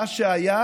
מה שהיה